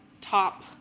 top